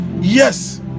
yes